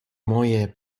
moje